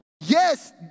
yes